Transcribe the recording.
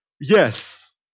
Yes